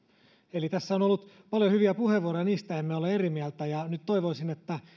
eli tässä on ollut paljon hyviä puheenvuoroja niistä emme ole eri mieltä ja nyt toivoisin että